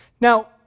Now